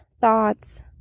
thoughts